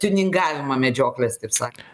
tiuningavimą medžioklės taip sakant